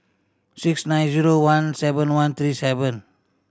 six nine zero one seven one three seven